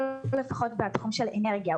לא לפחות בתחום של אנרגיה.